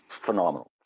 phenomenal